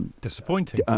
Disappointing